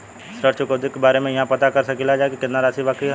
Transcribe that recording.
ऋण चुकौती के बारे इहाँ पर पता कर सकीला जा कि कितना राशि बाकी हैं?